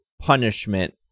punishment